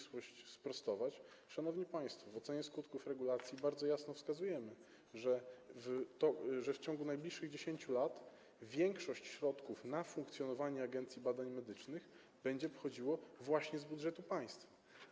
Szanowni państwo, w ocenie skutków regulacji bardzo jasno wskazujemy, że w ciągu najbliższych 10 lat większość środków na funkcjonowanie Agencji Badań Medycznych będzie pochodziła właśnie z budżetu państwa.